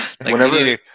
Whenever